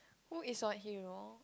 who is what hero